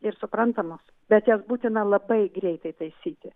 ir suprantamos bet jas būtina labai greitai taisyti